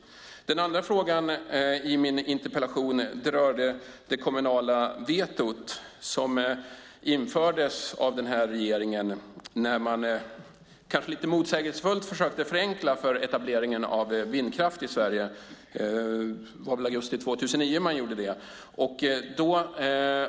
Den andra frågan i min interpellation berörde det kommunala vetot som infördes av den här regeringen när man, kanske lite motsägelsefullt, försökte förenkla för etableringen av vindkraft i Sverige, i augusti 2009.